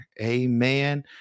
Amen